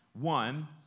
one